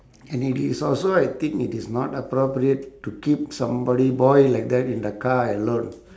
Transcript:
and it is also I think it is not appropriate to keep somebody boy like that in the car alone